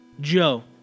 Joe